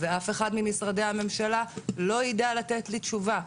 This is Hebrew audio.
ואף אחד ממשרדי הממשלה לא ידע לתת לי תשובה.